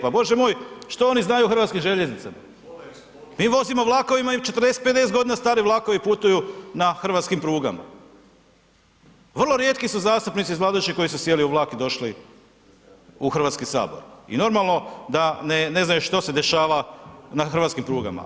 Pa bože moj što oni znaju o hrvatskim željeznicama, mi vozimo vlakovima 40, 50 godina stari vlakovi putuju na hrvatskim prugama, vrlo rijetki su zastupnici iz vladajućih koji su sjeli u vlak i došli u Hrvatski sabor i normalno da ne znaju što se dešava na hrvatskim prugama.